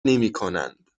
نمیکنند